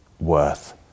worth